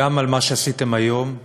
גם על מה שעשיתם היום,